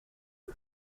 dit